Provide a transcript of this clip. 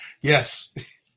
Yes